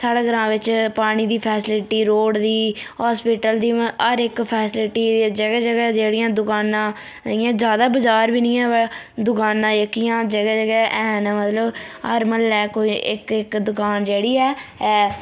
साढै़ ग्रांऽ बिच्च पानी दी फेसलिटी रोड दी होस्पिटल दी हर इक फेसलिटी जगहा जगहा जेह्ड़ियां दुकानां इयां ज्यादा बजार बी हैवे दुकानां जेह्कियां जगहा जगहा हैन मतलब हर म्हल्ले कोई इक इक दुकान जेह्ड़ी ऐ ऐ